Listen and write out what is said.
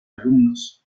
alumnos